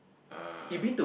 ah